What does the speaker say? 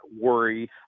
worry